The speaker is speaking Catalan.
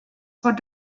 pot